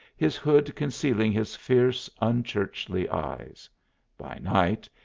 his hood concealing his fierce, unchurchly eyes by night,